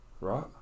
Right